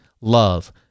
love